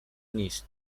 نیست